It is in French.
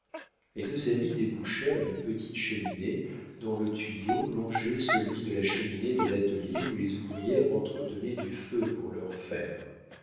les deux amies débouchèrent une petite cheminée dont le tuyau longeait celui de la cheminée de l'atelier où les ouvrières entretenaient du feu pour leurs fers